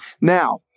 Now